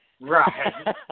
Right